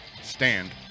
Stand